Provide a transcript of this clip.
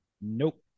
Nope